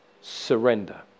surrender